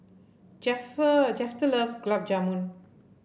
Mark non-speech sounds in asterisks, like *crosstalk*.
*unintelligible* Shafter loves Gulab Jamun